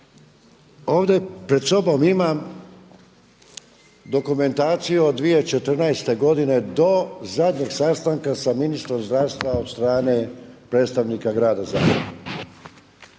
Ovdje pred sobom imam dokumentaciju od 2014. godine do zadnjeg sastanka sa ministrom zdravstva od strane predstavnika grada Zagreba.